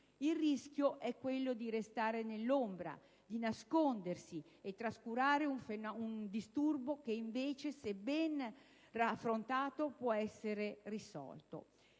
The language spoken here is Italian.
Il rischio è quello di restare nell'ombra, di nascondersi e trascurare un disturbo che invece, se ben affrontato, può essere risolto.